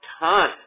ton